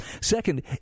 Second